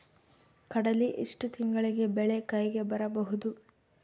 ಕಡಲಿ ಎಷ್ಟು ತಿಂಗಳಿಗೆ ಬೆಳೆ ಕೈಗೆ ಬರಬಹುದು?